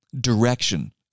direction